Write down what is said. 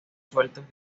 sueltos